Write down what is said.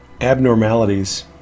abnormalities